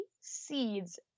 seeds